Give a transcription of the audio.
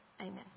Amen